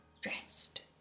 dressed